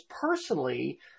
personally